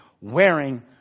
wearing